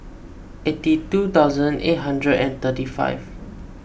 eighty two thousand eight hundred and thirty five